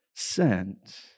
Sent